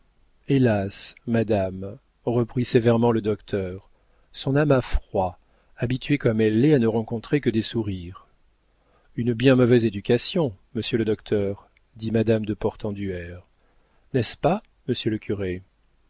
hélas madame reprit sévèrement le docteur son âme a froid habituée comme elle l'est à ne rencontrer que des sourires une bien mauvaise éducation monsieur le docteur dit madame de portenduère n'est-ce pas monsieur le curé